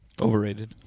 overrated